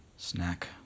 Snack